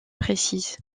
précises